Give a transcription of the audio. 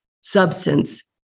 substance